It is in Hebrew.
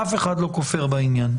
אף אחד לא כופר בעניין.